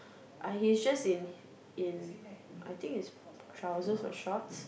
uh he's dressed in in I think is trousers or shorts